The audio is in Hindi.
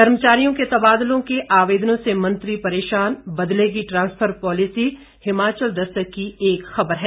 कर्मचारियों के तबादलों के आवेदनों से मंत्री परेशान बदलेगी ट्रांसपफर पॉलिसी हिमाचल दस्तक की एक खबर है